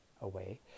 away